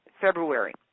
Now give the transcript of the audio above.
February